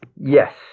Yes